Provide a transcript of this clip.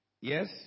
Yes